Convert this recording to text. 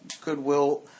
goodwill